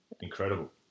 incredible